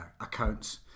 accounts